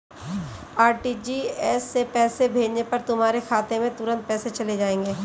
RTGS से पैसे भेजने पर तुम्हारे खाते में तुरंत पैसे चले जाएंगे